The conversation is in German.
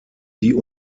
die